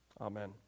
Amen